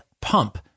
Pump